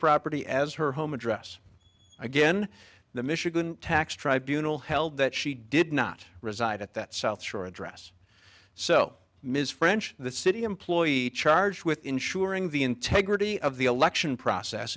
property as her home address again the michigan tax tribunals held that she did not reside at that south shore address so ms french the city employee charged with ensuring the integrity of the election process